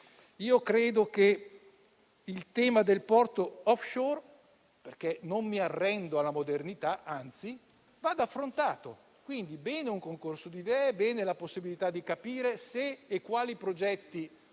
io credo che il tema del porto *offshore*, perché non mi arrendo alla modernità - anzi - vada affrontato. Quindi, va bene un concorso di idee; bene la possibilità di capire se e quali progetti